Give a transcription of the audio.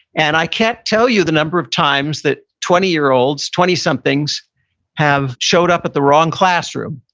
and i can't tell you the number of times that twenty year olds, twenty somethings have showed up at the wrong classroom,